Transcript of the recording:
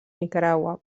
nicaragua